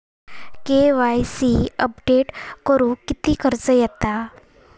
KYC update करुक किती खर्च येता?